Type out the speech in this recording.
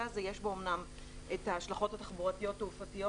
הזה אמנם יש את ההשלכות התחבורתיות-תעופתיות,